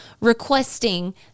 requesting